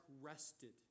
rested